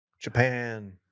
Japan